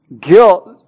Guilt